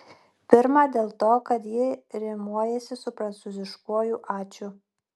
pirma dėl to kad ji rimuojasi su prancūziškuoju ačiū